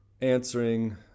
answering